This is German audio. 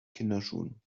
kinderschuhen